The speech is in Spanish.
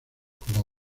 como